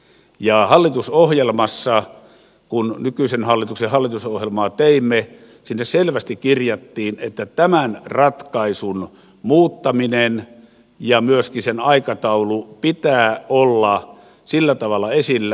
ja kun nykyisen hallituksen hallitusohjelmaa teimme sinne selvästi kirjattiin että tämän ratkaisun muuttamisen ja myöskin sen aikataulun pitää olla sillä tavalla esillä